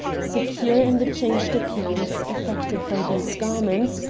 secure in the changed appearance effected by these garments,